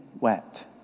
wet